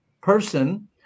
person